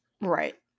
Right